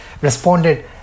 responded